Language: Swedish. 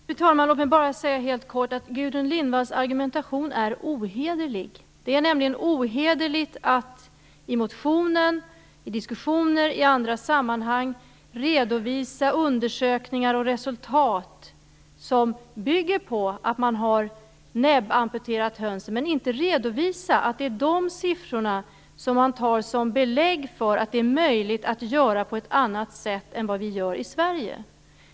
Fru talman! Låt mig helt kort säga att Gudrun Lindvalls argumentation är ohederlig. Det är nämligen ohederligt att i motionen, i diskussioner och i andra sammanhang redovisa undersökningar och resultat som bygger på att man har näbbamputerat höns men inte redovisa att det är de siffror som man tar som belägg för att det är möjligt att göra på ett annat sätt än vad vi gör i Sverige.